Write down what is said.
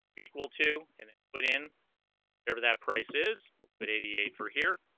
equal to and put in whatever that price is good eighty eight for here